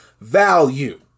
value